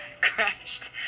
crashed